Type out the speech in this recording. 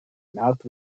mouth